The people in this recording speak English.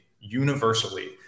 universally